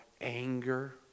anger